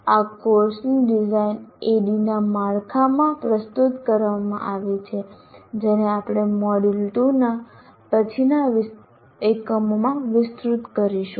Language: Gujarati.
આ કોર્સની ડિઝાઇન ADDIE ના માળખામાં પ્રસ્તુત કરવામાં આવી છે જેને આપણે મોડ્યુલ2 ના પછીના એકમોમાં વિસ્તૃત કરીશું